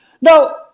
Now